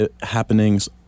happenings